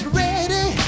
ready